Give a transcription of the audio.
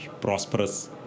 Prosperous